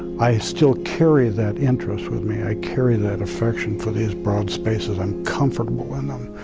i still carry that interest with me, i carry that affection for these broad spaces i'm comfortable in. um